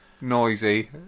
noisy